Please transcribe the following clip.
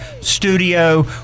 studio